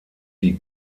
die